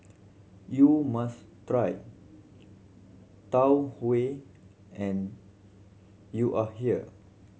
you must try Tau Huay and you are here